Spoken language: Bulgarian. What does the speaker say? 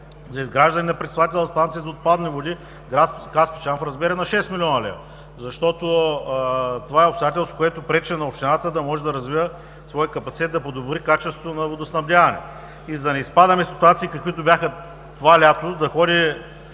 за изграждане на пречиствателна станция за отпадни води в град Каспичан в размер на 6 млн. лв. Това е обстоятелство, което пречи на общината да може да развива своя капацитет, да подобри качеството на водоснабдяването. Да не изпадаме в ситуации, каквито бяха това лято, да ходи